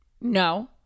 no